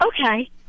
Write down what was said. Okay